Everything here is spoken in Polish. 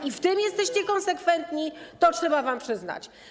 I w tym jesteście konsekwentni, to trzeba wam przyznać.